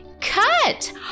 cut